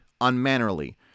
unmannerly